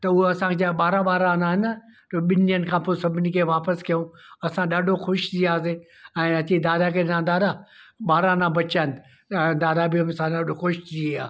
त उहे असांजा ॿारहं ॿारहं आना आहिनि ॿिन ॾींहनि खां पोइ सभिनि खे वापिसि कयूं असां ॾाढो ख़ुशि थी वियासीं ऐं अची दादा खे ॾिना दादा ॿारहं आना बचा आहिनि दादा बि असांजा ॾाढो ख़ुशि थी विया